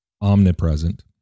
omnipresent